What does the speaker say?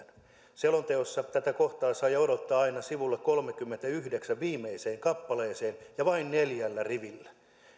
selonteossa tätä kohtaa sai odottaa aina sivun kolmeenkymmeneenyhdeksään viimeiseen kappaleeseen ja vain neljällä rivillä